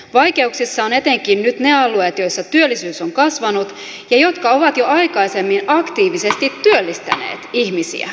vaikeuksissa ovat etenkin nyt ne alueet joissa työttömyys on kasvanut ja jotka ovat jo aikaisemmin aktiivisesti työllistäneet ihmisiä